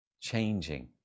Changing